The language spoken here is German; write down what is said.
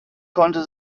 konnte